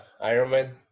Ironman